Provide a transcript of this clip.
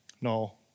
no